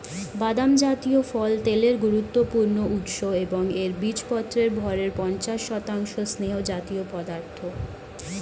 বাদাম জাতীয় ফল তেলের গুরুত্বপূর্ণ উৎস এবং এর বীজপত্রের ভরের পঞ্চাশ শতাংশ স্নেহজাতীয় পদার্থ